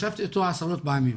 ישבתי איתו עשרות פעמים.